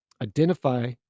Identify